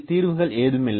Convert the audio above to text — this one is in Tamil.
தீர்வுகள் ஏதுமில்லை